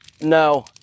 no